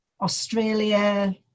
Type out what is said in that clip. australia